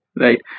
Right